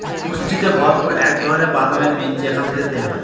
পুষ্টিতে ভরপুর এক ধরনের বাদামের বীজ যেখান থেকে তেল হয়